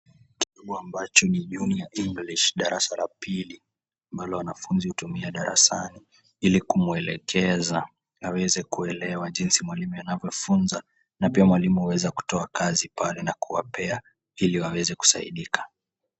Kitabu ambacho ni Junior English darasa la pili, mahali wanafunzi hutumia darasani, ili kumwelekeza, aweze kuelewa jinsi mwalimu anavyofunza na pia mwalimu hueza kutoa kazi pale na kuwapea ili waweze kusaidika.